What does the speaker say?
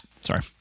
Sorry